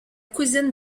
cousine